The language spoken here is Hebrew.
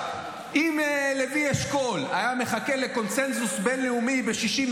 אם לוי אשכול היה מחכה לקונסנזוס בין-לאומי בשנת